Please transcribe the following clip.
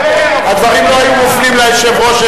הדברים לא היו מופנים ליושב-ראש,